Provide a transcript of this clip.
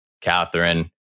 Catherine